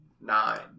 nine